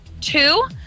two